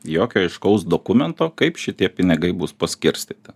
jokio aiškaus dokumento kaip šitie pinigai bus paskirstyta